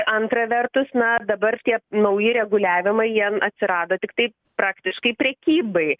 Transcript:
antra vertus na dabar tie nauji reguliavimai jie atsirado tiktai praktiškai prekybai